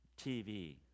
TV